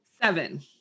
Seven